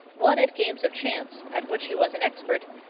won at games of chance, at which he was an expert,